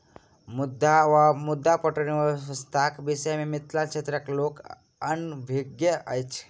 मद्दु वा मद्दा पटौनी व्यवस्थाक विषय मे मिथिला क्षेत्रक लोक अनभिज्ञ अछि